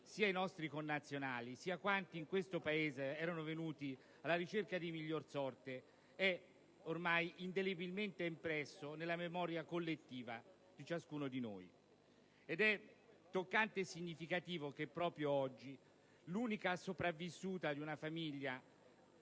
sia i nostri connazionali, sia quanti in questo Paese erano venuti alla ricerca di miglior sorte, è ormai indelebilmente impresso nella memoria collettiva di ciascuno di noi. Ed è toccante e significativo che proprio oggi l'unica sopravvissuta di una famiglia